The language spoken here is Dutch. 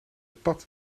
pad